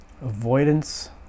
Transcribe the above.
avoidance